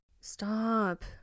Stop